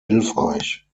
hilfreich